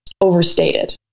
overstated